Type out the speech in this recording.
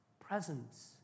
presence